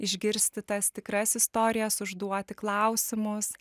išgirsti tas tikras istorijas užduoti klausimus